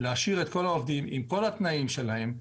להשאיר את כל העובדים עם כל התנאים שלהם.